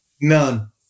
None